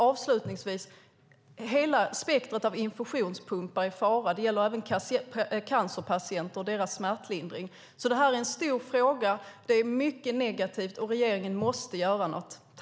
Avslutningsvis vill jag säga att hela spektrumet av infusionspumpar är i fara. Det gäller även cancerpatienter och deras smärtlindring. Det här är alltså en stor fråga. Det är mycket som är negativt, och regeringen måste göra något.